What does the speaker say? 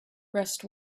rest